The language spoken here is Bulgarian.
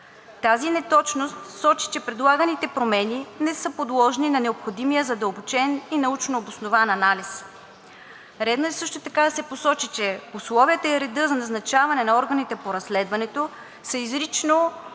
Тази неточност сочи, че предлаганите промени не са подложени на необходимия задълбочен и научнообоснован анализ. Редно е също така да се посочи, че условията и редът за назначаване на органите по разследването са изрично